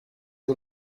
you